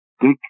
big